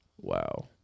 wow